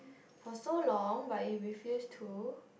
for so long but you refuse to